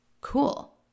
Cool